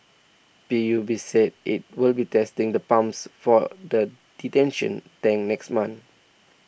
P U B said it will be testing the pumps for the detention tank next month